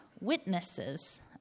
witnesses